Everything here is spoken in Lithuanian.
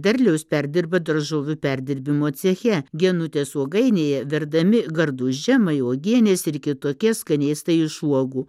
derlius perdirba daržovių perdirbimo ceche genutės uogainėje verdami gardūs džemai uogienės ir kitokie skanėstai iš uogų